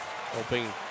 Hoping